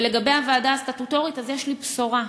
לגבי הוועדה הסטטוטורית יש לי בשורה: